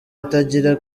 atangira